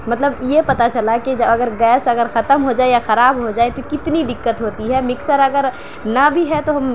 مطلب یہ پتہ چلا ہے کہ جو اگر گیس اگر ختم ہو جائے یا خراب ہو جائے تو کتنی دِقّت ہوتی ہے مکسر اگر نا بھی ہے تو ہم